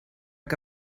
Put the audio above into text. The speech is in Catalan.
que